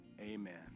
amen